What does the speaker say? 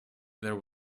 there